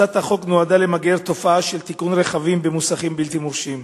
הצעת החוק נועדה למגר תופעה של תיקון רכבים במוסכים בלתי מורשים.